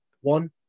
One